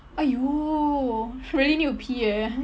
!aiyo! really need to pee eh